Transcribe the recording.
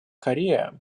корея